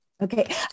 Okay